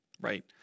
right